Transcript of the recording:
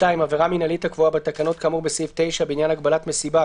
(2)עבירה מינהלית הקבועה בתקנות כאמור בסעיף 9 בעניין הגבלת מסיבה,